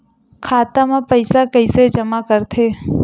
खाता म पईसा कइसे जमा करथे?